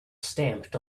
stamped